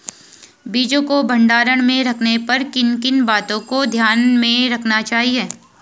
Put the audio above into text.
बीजों को भंडारण में रखने पर किन किन बातों को ध्यान में रखना चाहिए?